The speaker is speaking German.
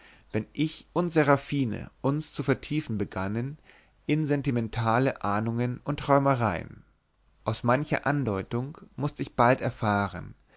wenn ich und seraphine uns zu vertiefen begannen in sentimentale ahnungen und träumereien aus mancher andeutung mußt ich bald erfahren